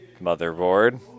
motherboard